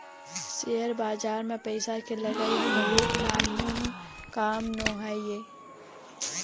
share बजार म पइसा के लगई ह घलोक नानमून काम नोहय